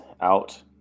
out